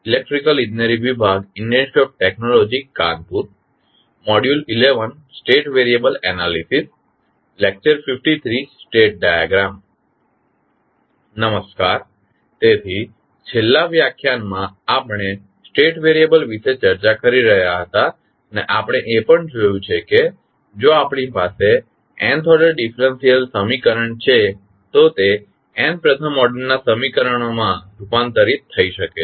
નમસ્કાર તેથી છેલ્લા વ્યાખ્યાનમાં આપણે સ્ટેટ વેરીયબલ વિશે ચર્ચા કરી રહ્યા હતા અને આપણે એ પણ જોયું છે કે જો આપણી પાસે nth ઓર્ડર ડીફરન્સીયલ સમીકરણ છે તો તે n પ્રથમ ઓર્ડરના સમીકરણો માં રૂપાંતરિત થઈ શકે છે